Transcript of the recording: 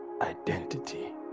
Identity